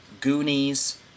Goonies